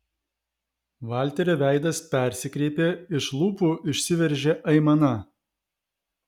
valterio veidas persikreipė iš lūpų išsiveržė aimana